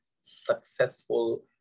successful